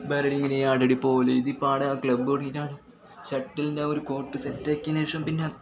വേറെ എവിടെയെങ്കിലും ആടെ ഈടെ പോകൽ ഇതിപ്പം ആടെ ആ ക്ലബ്ബ് തുടങ്ങിയിട്ടാണ് ഷട്ടിലിൻ്റെ ഒരു കോട്ട് സെറ്റ് ആക്കിയതിനു ശേഷം പിന്നെ